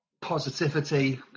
positivity